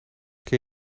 ken